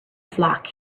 flock